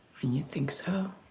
you think so?